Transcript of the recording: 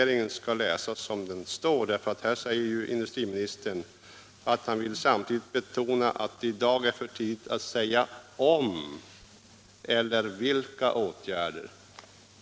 Industriministern säger nämligen att han vill betona ”att det i dag är för tidigt att säga om eller vilka åtgärder —-—--”.